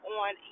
on